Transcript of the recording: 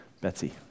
Betsy